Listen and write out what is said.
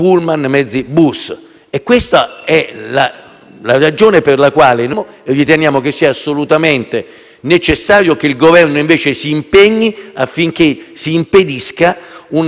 la ragione per la quale noi riteniamo che sia assolutamente necessario che il Governo si impegni affinché si impedisca un trattamento così penalizzante nei confronti